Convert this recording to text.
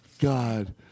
God